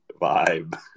vibe